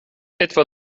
etwa